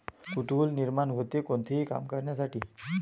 कुतूहल निर्माण होते, कोणतेही काम करण्यासाठी